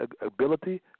ability